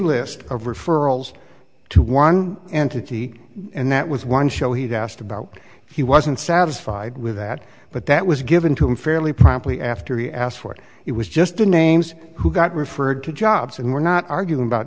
list of referrals to one entity and that was one show he asked about he wasn't satisfied with that but that was given to him fairly promptly after he asked for it it was just the names who got referred to jobs and we're not arguing about